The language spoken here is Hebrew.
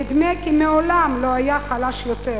נדמה כי מעולם לא היה חלש יותר.